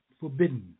Forbidden